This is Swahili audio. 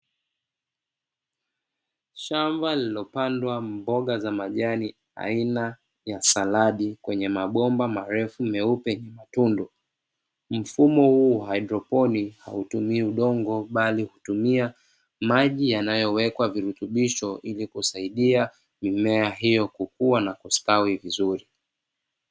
Shamba lilopandwa mboga za majani aina ya saladi kwenye mabomba marefu meupe yenye matundu, mfumo huu haidroponi hautumii udongo bali hutumia maji yanayowekwa virutubisho ili kusaidia mimea hiyo kukua na kustawi vizuri.